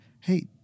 hey